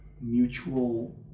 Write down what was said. mutual